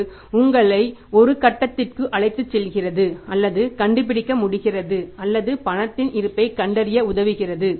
இது உங்களை ஒரு கட்டத்திற்கு அழைத்துச் செல்கிறது அல்லது கண்டுபிடிக்க முடிகிறது அல்லது பணத்தின் இருப்பைக் கண்டறிய உதவுகிறது